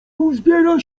uzbiera